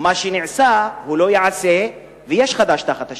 ומה שנעשה לא ייעשה, ויש חדש תחת השמש.